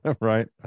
right